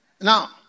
Now